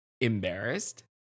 embarrassed